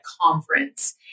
conference